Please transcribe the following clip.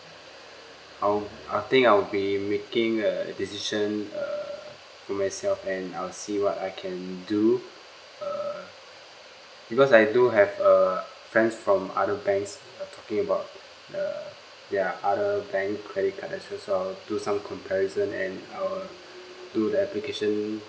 I'll I think I'll be making a decision uh by myself and I'll see what I can do uh because I do have uh friends from other banks talking about uh their other bank credit card as as well do some comparison and I'll do the application